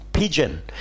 Pigeon